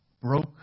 broke